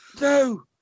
No